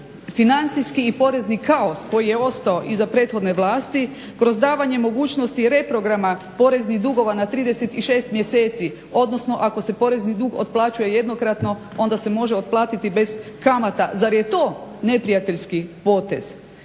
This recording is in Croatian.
financijski i porezni kao koji je ostao iza prethodne vlasti kroz davanje mogućnosti reprograma poreznih dugova na 36 mjeseci, odnosno ako se porezni dug otplaćuje jednokratno onda se može otplatiti bez kamata. Zar je to neprijateljski potez.